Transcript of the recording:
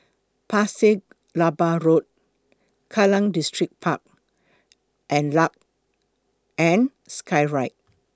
Pasir Laba Road Kallang Distripark and Luge and Skyride